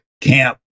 camp